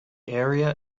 area